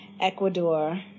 Ecuador